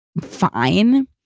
fine